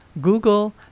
Google